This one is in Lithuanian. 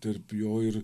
tarp jo ir